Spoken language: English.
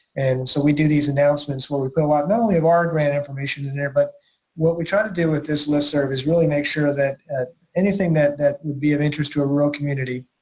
and so we do these announcements where we fill out not only our grant information in there, but what we try to do with this listserv is really make sure that anything that that would be of interest to a rural community,